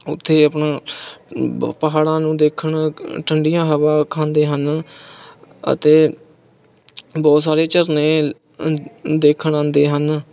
ਉੱਥੇ ਆਪਣਾ ਪਹਾੜਾਂ ਨੂੰ ਦੇਖਣ ਠੰਡੀਆਂ ਹਵਾ ਖਾਂਦੇ ਹਨ ਅਤੇ ਬਹੁਤ ਸਾਰੇ ਝਰਨੇ ਦੇਖਣ ਆਉਂਦੇ ਹਨ